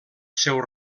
seu